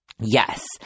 Yes